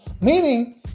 Meaning